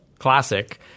Classic